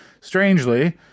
Strangely